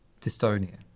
dystonia